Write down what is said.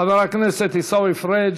חבר הכנסת עיסאווי פריג',